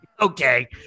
okay